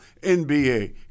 NBA